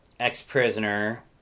Ex-prisoner